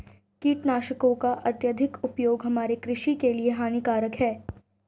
कीटनाशकों का अत्यधिक उपयोग हमारे कृषि के लिए हानिकारक है